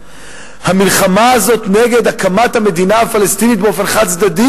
המלחמה הזאת נגד הקמת המדינה הפלסטינית באופן חד-צדדי